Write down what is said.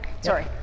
sorry